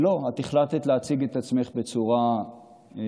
לא, את החלטת להציג את עצמך בצורה שתיארתי,